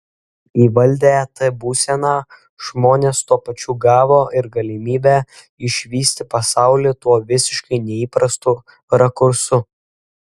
įvaldę t būseną žmonės tuo pačiu gavo ir galimybę išvysti pasaulį tuo visiškai neįprastu rakursu